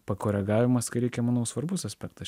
pakoregavimas kai reikia manau svarbus aspektas